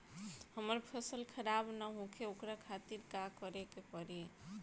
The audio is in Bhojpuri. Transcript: हमर फसल खराब न होखे ओकरा खातिर का करे के परी?